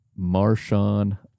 Marshawn